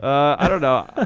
i don't know.